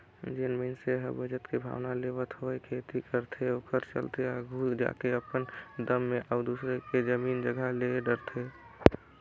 जेन मइनसे ह बचत के भावना लेवत होय खेती करथे ओखरे चलत आघु जाके अपने दम म अउ दूसर के जमीन जगहा ले डरथे